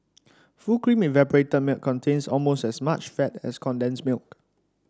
full cream evaporated milk contains almost as much fat as condensed milk